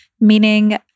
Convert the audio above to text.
meaning